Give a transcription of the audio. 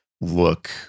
look